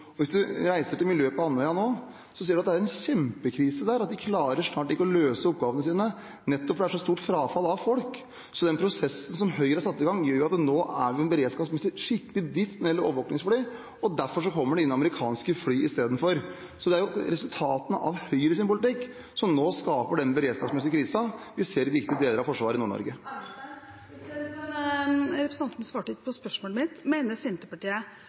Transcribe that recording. uklokt. Hvis en reiser til miljøet på Andøya nå, ser en det er en kjempekrise der, de klarer snart ikke lenger å løse oppgavene sine nettopp fordi det er så stort frafall av folk. Prosessen Høyre har satt i gang, gjør at nå er vi beredskapsmessig skikkelig dypt nede når det gjelder overvåkingsfly, og derfor kommer amerikanske fly inn istedenfor. Det er resultatene av Høyres politikk som nå skaper den beredskapsmessige krisen vi ser i viktige deler av Forsvaret i Nord-Norge. Representanten svarte ikke på spørsmålet mitt. Mener Senterpartiet